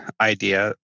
idea